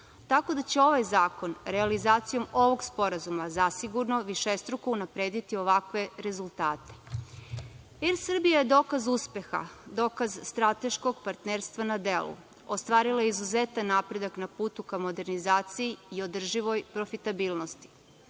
leta. Tako da će ovaj zakon realizacijom ovog sporazuma zasigurno višestruko unaprediti ovakve rezultate. Er Srbija je dokaz uspeha. Dokaz strateškog partnerstva na delu. Ostvarila je izuzetan napredak na putu ka modernizaciji i održivoj profitabilnosti.